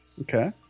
Okay